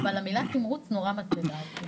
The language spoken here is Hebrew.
אבל המילה "תמרוץ" נורא מטרידה אותי.